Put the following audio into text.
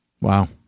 Wow